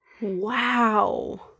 Wow